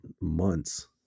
months